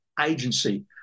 agency